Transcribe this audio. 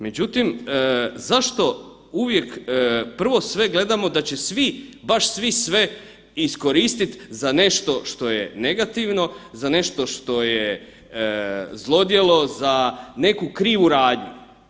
Međutim, zašto uvijek prvo sve gledamo da će svi, baš svi sve iskoristit za nešto što je negativno, za nešto što je zlodjelo za neku krivu radnju.